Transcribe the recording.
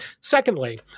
Secondly